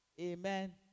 Amen